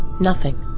nothing.